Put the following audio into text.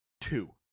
two